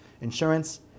insurance